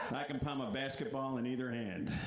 and i can palm a basketball in either hand.